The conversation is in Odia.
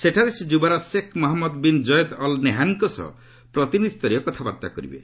ସେଠାରେ ସେ ଯୁବରାଜ Sheikh Mohamed bin Zayed Al ନାହ୍ୟାନ୍ଙ୍କ ସହ ପ୍ରତିନିଧିସ୍ତରୀୟ କଥାବାର୍ତ୍ତା କରିବେ